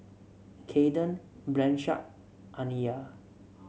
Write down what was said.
Kaden Blanchard Aniyah